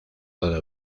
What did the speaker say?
toda